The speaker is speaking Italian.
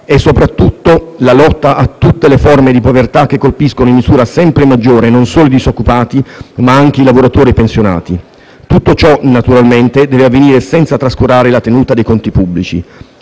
e, soprattutto, la lotta a tutte le forme di povertà che colpiscono in misura sempre maggiore non solo i disoccupati, ma anche i lavoratori e i pensionati. Tutto ciò, naturalmente, deve avvenire senza trascurare la tenuta dei conti pubblici.